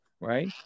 right